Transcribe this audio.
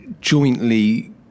jointly